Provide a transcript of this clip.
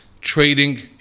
trading